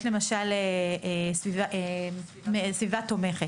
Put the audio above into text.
יש למשל סביבה תומכת,